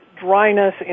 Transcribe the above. dryness